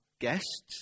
guests